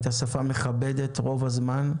היתה שפה מכבדת רוב הזמן,